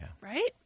right